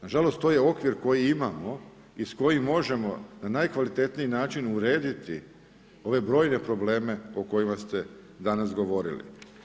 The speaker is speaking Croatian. Na žalost, to je okvir koji imamo i s kojim možemo na najkvalitetniji način urediti ove brojne probleme o kojima ste danas govorili.